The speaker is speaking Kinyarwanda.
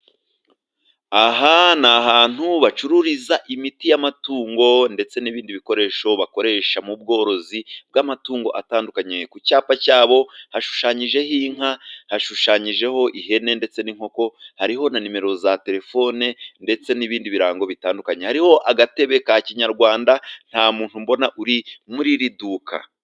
Aha ni ahantu bacururiza imiti y'amatungo, ndetse n'ibindi bikoresho bakoresha mu bworozi bw'amatungo atandukanye. Ku cyapa cyabo hashushanyijeho inka, hashushanyijeho ihene ndetse n'inkoko, hariho na nimero za terefone, ndetse n'ibindi birango bitandukanye. Hariho agatebe ka kinyarwanda, nta muntu mbona uri muri iri duka.